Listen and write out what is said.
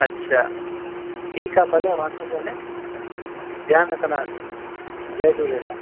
अछा ठीकु आहे भले वांदो कोन्हे ध्यानु रखंदासीं जय झूलेलाल